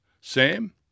Sam